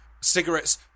Cigarettes